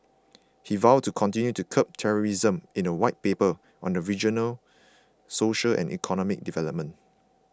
he vowed to continue to curb terrorism in a White Paper on the region's social and economic development